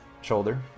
shoulder